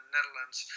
Netherlands